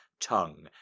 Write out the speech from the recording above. Tongue